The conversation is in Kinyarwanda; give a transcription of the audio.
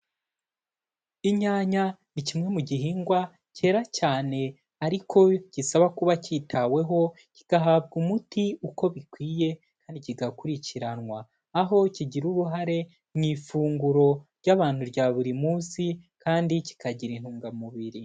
Inyanya ni kimwe mu gihingwa cyera cyane ariko gisaba kuba kitaweho kigahabwa umuti uko bikwiye kandi kigakurikiranwa, aho kigira uruhare mu ifunguro ry'abantu rya buri munsi, kandi kikagira intungamubiri.